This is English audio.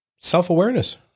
Self-awareness